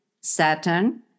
Saturn